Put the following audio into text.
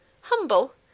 Humble